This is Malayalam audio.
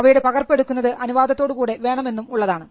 അവയുടെ പകർപ്പ് എടുക്കുന്നത് അനുവാദത്തോടു കൂടെ വേണമെന്നും ഉള്ളതാണ്